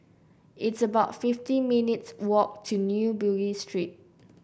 it's about fifty minutes' walk to New Bugis Street